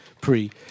Pre